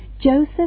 Joseph